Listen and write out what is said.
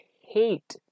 hate